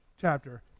chapter